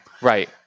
Right